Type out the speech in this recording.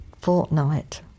fortnight